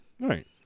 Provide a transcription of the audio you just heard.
Right